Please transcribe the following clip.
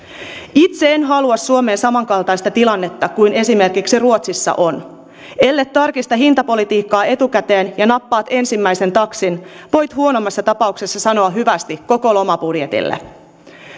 itse en halua suomeen samankaltaista tilannetta kuin esimerkiksi ruotsissa on ellet tarkista hintapolitiikkaa etukäteen ja nappaat ensimmäisen taksin voit huonoimmassa tapauksessa sanoa hyvästit koko lomabudjetille